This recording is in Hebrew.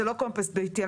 זה לא קומפוסט ביתי.